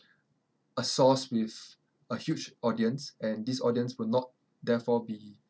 a source with a huge audience and this audience would not therefore be